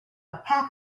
pack